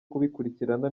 kubikurikirana